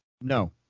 No